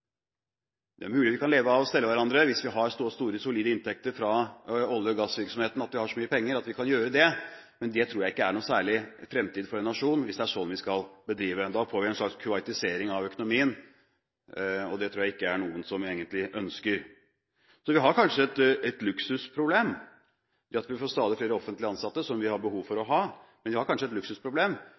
Det er mulig vi kan leve av å stelle hverandre hvis vi har så store og solide inntekter fra olje- og gassvirksomheten – at vi har så mye penger – at vi kan gjøre det. Men jeg tror ikke det er noen særlig fremtid for en nasjon, hvis det er sånn vi skal drive på. Da får vi en slags kuwaitisering av økonomien, og det tror jeg ikke det er noen som egentlig ønsker. Så vi har kanskje et luksusproblem ved at vi stadig får flere offentlig ansatte, som vi har behov for å ha, men det er faktisk ikke der vi har